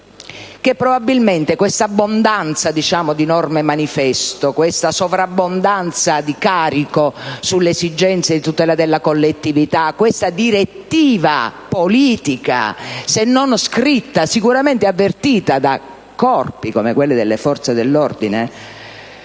che probabilmente quest'abbondanza di norme-manifesto, questa sovrabbondanza di carico sull'esigenza di tutela della collettività e questa direttiva politica, se non scritta, sicuramente avvertita da corpi come quelli delle forze dell'ordine,